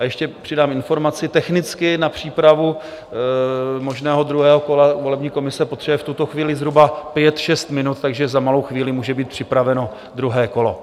A ještě přidám informaci: technicky na přípravu možného druhého kola volební komise potřebuje v tuto chvíli zhruba pět, šest minut, takže za malou chvíli může být připraveno druhé kolo.